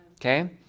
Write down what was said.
okay